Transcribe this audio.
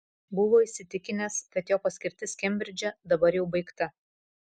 buvo įsitikinęs kad jo paskirtis kembridže dabar jau baigta